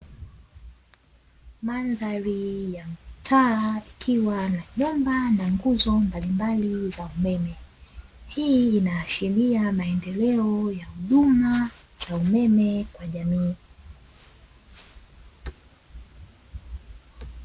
Mandhari ya mtaa ikiwa na nyumba na nguzo mbalimbali za umeme. Hii inaashiria maendeleo ya huduma za umeme kwa jamiii.